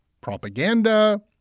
propaganda